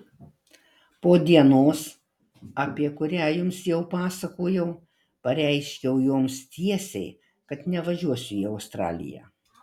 po dienos apie kurią jums jau pasakojau pareiškiau joms tiesiai kad nevažiuosiu į australiją